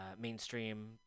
mainstream